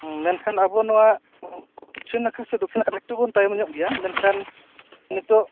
ᱢᱮᱱᱠᱷᱟᱱ ᱟᱵᱚ ᱱᱚᱣᱟ ᱩᱛᱛᱚᱨ ᱱᱟᱠᱷᱟ ᱥᱮ ᱫᱚᱠᱷᱤᱱ ᱱᱟᱠᱷᱟ ᱮᱠᱴᱩ ᱵᱚ ᱛᱟᱭᱚ ᱧᱚᱜ ᱜᱮᱭᱟ ᱢᱮᱱᱷᱟᱱ ᱱᱤᱛᱳᱜ